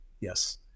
yes